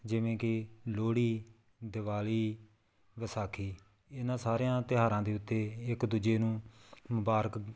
ਜਿਵੇਂ ਕਿ ਲੋਹੜੀ ਦਿਵਾਲੀ ਵਿਸਾਖੀ ਇਹਨਾਂ ਸਾਰਿਆਂ ਤਿਉਹਾਰਾਂ ਦੇ ਉੱਤੇ ਇੱਕ ਦੂਜੇ ਨੂੰ ਮੁਬਾਰਕ